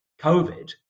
COVID